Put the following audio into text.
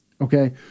okay